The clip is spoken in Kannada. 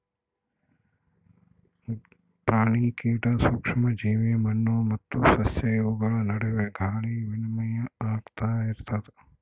ಪ್ರಾಣಿ ಕೀಟ ಸೂಕ್ಷ್ಮ ಜೀವಿ ಮಣ್ಣು ಮತ್ತು ಸಸ್ಯ ಇವುಗಳ ನಡುವೆ ಗಾಳಿ ವಿನಿಮಯ ಆಗ್ತಾ ಇರ್ತದ